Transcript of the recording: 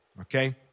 okay